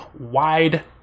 Wide